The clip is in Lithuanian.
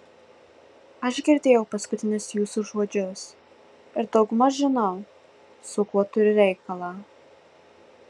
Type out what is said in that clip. aš girdėjau paskutinius jūsų žodžius ir daugmaž žinau su kuo turiu reikalą